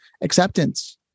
acceptance